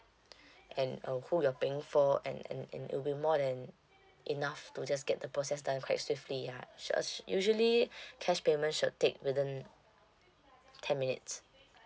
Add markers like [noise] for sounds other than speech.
[breath] and uh who you're paying for and and and it'll be more than enough to just get the process done quite swiftly yeah sure uh usually [breath] cash payment should take within ten minutes